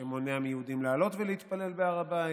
שמונע מיהודים לעלות ולהתפלל בהר הבית.